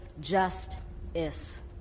just-is